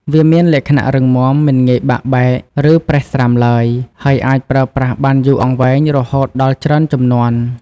វាមានលក្ខណៈរឹងមាំ មិនងាយបាក់បែក ឬប្រេះស្រាំឡើយ ហើយអាចប្រើប្រាស់បានយូរអង្វែងរហូតដល់ច្រើនជំនាន់។